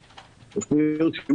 טוב.